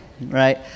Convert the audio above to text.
right